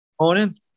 morning